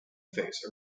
face